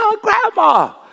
Grandma